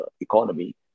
economy